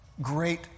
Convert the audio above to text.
great